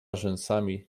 rzęsami